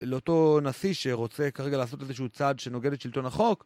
לאותו נשיא שרוצה כרגע לעשות איזשהו צעד שנוגד את שלטון החוק